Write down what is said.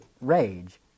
rage